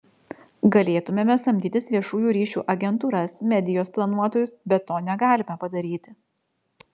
galėtumėme samdytis viešųjų ryšių agentūras medijos planuotojus bet to negalime padaryti